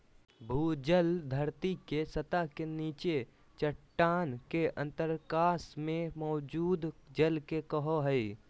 भूजल धरती के सतह के नीचे चट्टान के अंतरकाश में मौजूद जल के कहो हइ